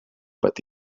but